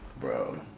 bro